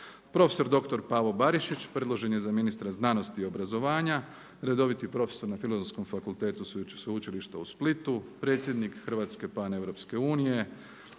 Prof.dr. Pavo Barišić predložen je za ministra znanosti i obrazovanja. Redoviti profesor na Filozofskom fakultetu Sveučilišta u Splitu, predsjednik Hrvatske Paneuropske unije,